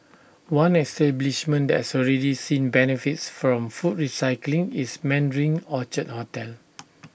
one establishment that has already seen benefits from food recycling is Mandarin Orchard hotel